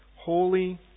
holy